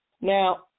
Now